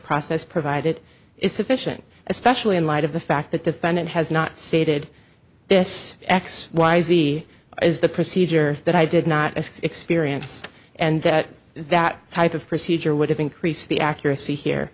process provided is sufficient especially in light of the fact that defendant has not stated this x y z is the procedure that i did not experience and that type of procedure would have increased the accuracy here